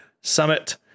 summit